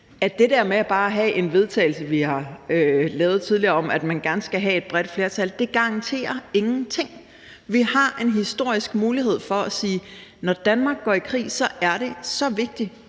at det der med bare at have et forslag til vedtagelse, som vi har lavet tidligere, om, at man gerne skal have et bredt flertal, ingenting garanterer. Vi har en historisk mulighed for at sige: Når Danmark går i krig, er det så vigtig